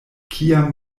kiam